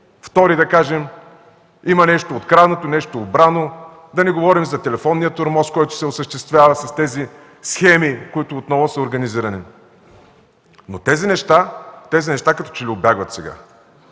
втори има нещо откраднато, нещо обрано, да не говорим за телефонния тормоз, който се осъществява с тези схеми, които отново са организирани. Тези неща обаче като че ли убягват сега.